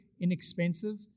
inexpensive